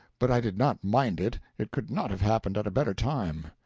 but i did not mind it, it could not have happened at a better time.